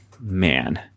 man